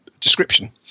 description